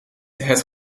het